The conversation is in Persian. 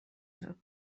زود